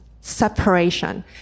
separation